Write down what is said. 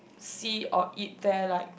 see or eat there like